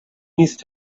نیست